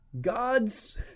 God's